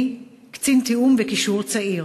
אני קצין תיאום תיאום וקישור צעיר.